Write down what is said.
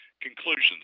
conclusions